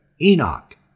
Enoch